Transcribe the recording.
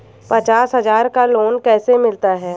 पचास हज़ार का लोन कैसे मिलता है?